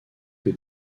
que